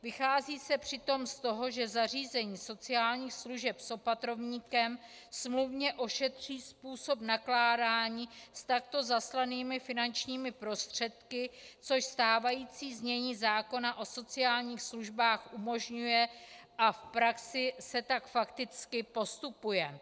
Vychází se přitom z toho, že zařízení sociálních služeb s opatrovníkem smluvně ošetří způsob nakládání s takto zaslanými finančními prostředky, což stávající znění zákona o sociálních službách umožňuje a v praxi se tak fakticky postupuje.